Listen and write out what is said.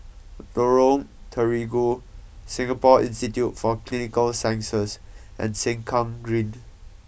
Lorong Terigu Singapore Institute for Clinical Sciences and Sengkang Green